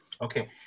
Okay